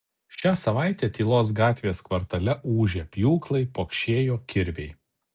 šią savaitę tylos gatvės kvartale ūžė pjūklai pokšėjo kirviai